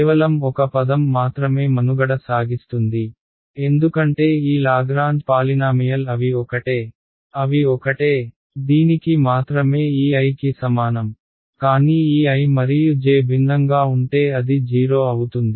కేవలం ఒక పదం మాత్రమే మనుగడ సాగిస్తుంది ఎందుకంటే ఈ లాగ్రాంజ్ పాలినామియల్ అవి ఒకటే అవి ఒకటే దీనికి మాత్రమే ఈ i కి సమానం కానీ ఈ i మరియు j భిన్నంగా ఉంటే అది 0 అవుతుంది